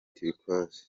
turquoise